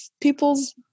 people's